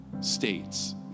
states